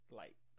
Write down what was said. light